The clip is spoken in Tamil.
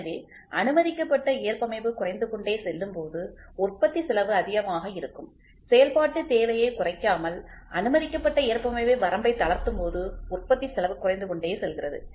எனவே அனுமதிக்கப்பட்ட ஏற்பமைவு குறைந்து கொண்டே செல்லும்போது உற்பத்தி செலவு அதிகமாக இருக்கும் செயல்பாட்டுத் தேவையை குறைக்காமல் அனுமதிக்கப்பட்ட ஏற்பமைவை வரம்பை தளர்த்தும்போது உற்பத்தி செலவு குறைந்து கொண்டே செல்கிறது